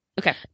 Okay